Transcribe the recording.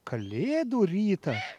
kalėdų rytą